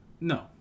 No